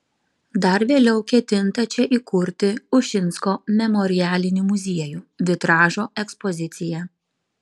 dar vėliau ketinta čia įkurti ušinsko memorialinį muziejų vitražo ekspoziciją